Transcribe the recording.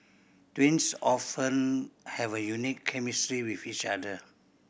twins often have a unique chemistry with each other